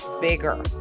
bigger